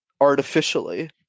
artificially